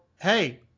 hey